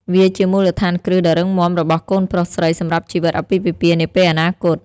វាជាមូលដ្ឋានគ្រឹះដ៏រឹងមាំរបស់កូនប្រុសស្រីសម្រាប់ជីវិតអាពាហ៍ពិពាហ៍នាពេលអនាគត។